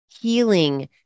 healing